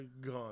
gone